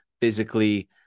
physically